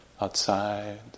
outside